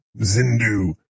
zindu